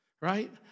right